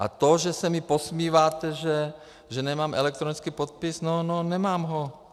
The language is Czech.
A to, že se mi posmíváte, že nemám elektronický podpis no, nemám ho.